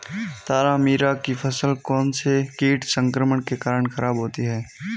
तारामीरा की फसल कौनसे कीट संक्रमण के कारण खराब होती है?